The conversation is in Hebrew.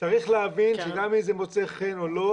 צריך להבין שגם אם זה מוצא חן או לא,